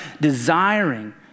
desiring